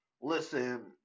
listen